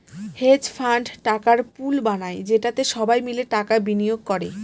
hedge fund টাকার pool বানায় যেটাতে সবাই মিলে টাকা বিনিয়োগ করে